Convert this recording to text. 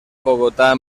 bogotá